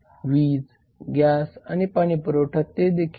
वीज गॅस आणि पाणी पुरवठा ते देखील 4